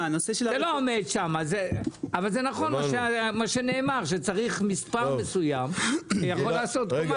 אבל זה נכון מה שנאמר שצריך מספר מסוים למי שיכול לעשות קומה.